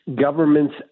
government's